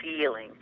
feeling